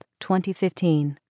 2015